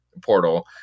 portal